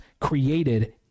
created